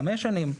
חמש שנים,